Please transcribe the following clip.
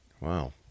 Wow